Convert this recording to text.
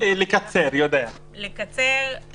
רוצה לדבר בכמה